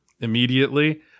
immediately